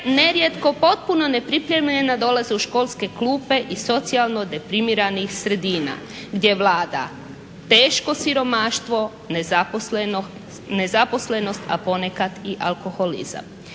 nerijetko potpuno nepripremljena dolazi u školske klupe iz socijalno deprimiranih sredina gdje vlada teško siromaštvo, nezaposlenost a ponekad i alkoholizam.